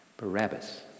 Barabbas